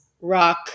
rock